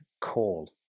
call